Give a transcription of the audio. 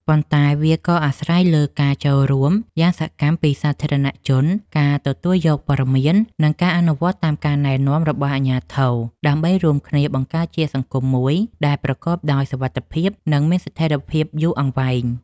ប៉ុន្តែវាក៏អាស្រ័យលើការចូលរួមយ៉ាងសកម្មពីសាធារណជន ក្នុងការទទួលយកព័ត៌មាន និងការអនុវត្តតាមការណែនាំរបស់អាជ្ញាធរ ដើម្បីរួមគ្នាបង្កើតជាសង្គមមួយដែលប្រកបដោយសុវត្ថិភាព និងមានស្ថិរភាពយូរអង្វែង។